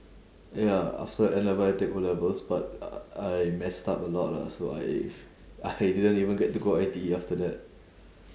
ya after N-level I take O-levels but I messed up a lot lah so I I didn't even get to go I_T_E after that